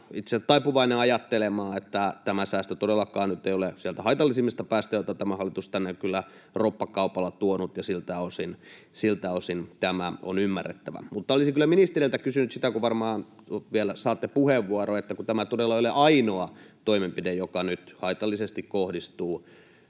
itse taipuvainen ajattelemaan, että tämä säästö todellakaan nyt ei ole sieltä haitallisimmasta päästä, jota tämä hallitus tänne kyllä roppakaupalla on tuonut. Siltä osin tämä on ymmärrettävä. Mutta olisin kyllä ministeriltä kysynyt, kun varmaan vielä saatte puheenvuoron, että kun tämä todella ei ole ainoa toimenpide, joka nyt haitallisesti kohdistuu